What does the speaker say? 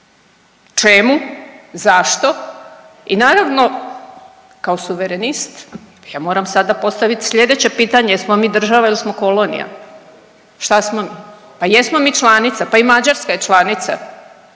Čemu? Zašto? I naravno kao suverenist ja moram sada postavit sljedeće pitanje jesmo li mi država ili smo kolonija? Šta smo mi? Pa jesmo mi članica. Pa i Mađarska je članica,